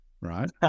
right